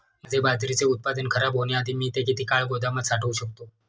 माझे बाजरीचे उत्पादन खराब होण्याआधी मी ते किती काळ गोदामात साठवू शकतो?